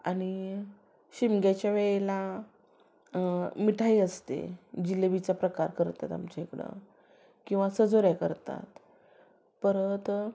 आणि शिमग्याच्या वेळेला मिठाई असते जिलेबीचा प्रकार करतात आमच्या इकडं किंवा सजोऱ्या करतात परत